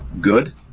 good